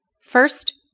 first